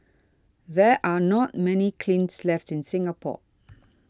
there are not many kilns left in Singapore